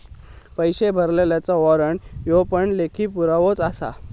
पैशे भरलल्याचा वाॅरंट ह्यो पण लेखी पुरावोच आसा